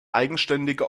eigenständige